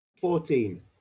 Fourteen